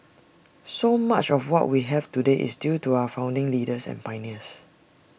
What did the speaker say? so much of what we have today is due to our founding leaders and pioneers